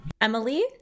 Emily